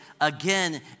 again